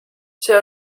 see